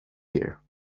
here